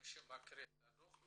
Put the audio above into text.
כמי שמכיר את הדו"ח,